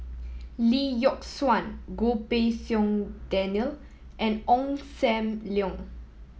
Lee Yock Suan Goh Pei Siong Daniel and Ong Sam Leong